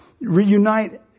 reunite